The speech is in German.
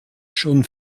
schon